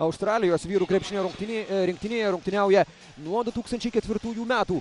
australijos vyrų krepšinio rungtinėj rinktinėje rungtyniauja nuo du tūkstančiai ketvirtųjų metų